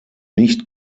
nicht